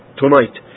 tonight